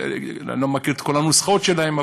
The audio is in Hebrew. אני לא מכיר את כל הנוסחאות שלהם,